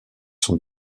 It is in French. sont